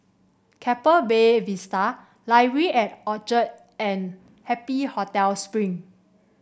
Keppel Bay Vista at Orchard and Happy Hotel Spring